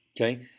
Okay